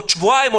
בעוד שבועיים,